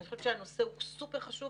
אני חושבת שהנושא הוא סופר חשוב